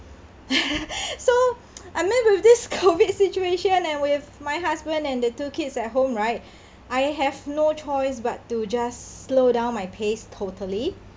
so I mean with this COVID situation and with my husband and the two kids at home right I have no choice but to just slow down my pace totally